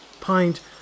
pint